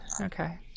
Okay